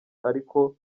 ariko